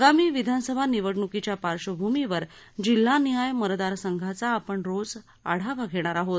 आगामी विधानसभा निवडण्कीच्या पार्श्वभूमीवर जिल्हानिहाय मतदार संघांचा आपण रोज आढावा घेणार आहोत